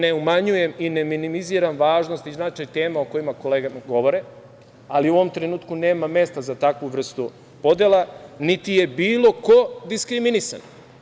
Ne umanjujem i ne minimiziram važnost i značaj tema o kojima kolege govore, ali u ovom trenutku nema mesta za takvu vrstu podela, niti je bilo ko diskriminisan.